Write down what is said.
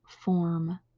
form